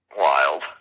Wild